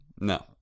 No